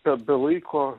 bet be laiko